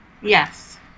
Yes